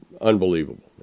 unbelievable